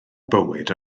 bywyd